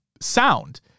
sound